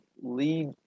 lead